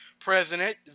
president